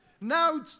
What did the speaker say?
Now